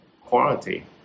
quality